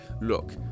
Look